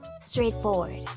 Straightforward